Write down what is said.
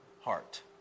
heart